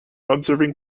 observing